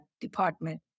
department